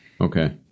okay